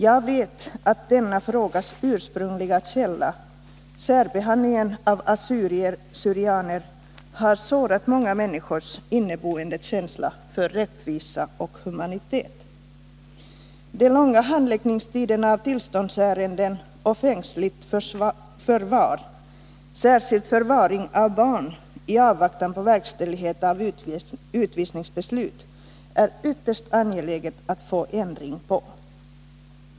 Jag vet att denna frågas ursprungliga källa, särbehandlingen av assyrier/syrianer, har sårat många människors inneboende känsla för rättvisa och humanitet. De långa handläggningstiderna av tillståndsärenden och fängsligt förvar, särskilt förvaring av barn i avvaktan på verkställighet av utvisningsbeslut, är det ytterst angeläget att få ändring på.